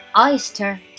Oyster